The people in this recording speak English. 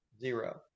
zero